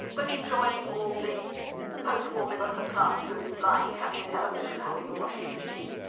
but enjoying all the post-war middle class goods like having a television, having a washing machine.